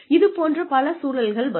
இதுபோன்ற பல சூழல்கள் வரும்